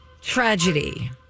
Tragedy